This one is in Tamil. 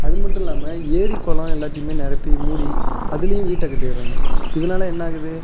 அது மட்டும் இல்லாமல் ஏரி குளம் எல்லாத்தையுமே நிரப்பி மூடி அதிலயும் வீட்டை கட்டிட்றாங்க இதனால் என்னாகுது